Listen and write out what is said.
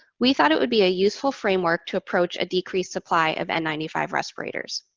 we thought it would be a useful framework to approach a decreased supply of n nine five respirators.